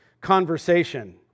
conversation